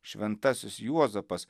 šventasis juozapas